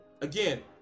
again